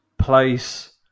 place